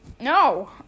No